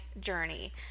journey